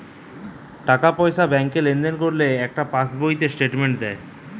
টাকা পয়সা ব্যাংকে লেনদেন করলে একটা পাশ বইতে স্টেটমেন্ট দেয়